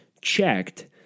checked